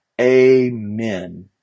Amen